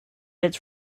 its